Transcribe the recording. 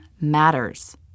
matters